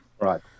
Right